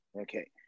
okay